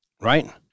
right